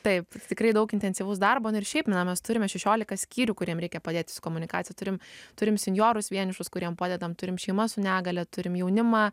taip tikrai daug intensyvaus darbo nu ir šiaip na mes turime šešiolika skyrių kuriem reikia padėti su komunikacija turim turim senjorus vienišus kuriem padedam turim šeimas su negalia turim jaunimą